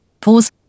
Pause